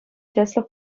тӗслӗх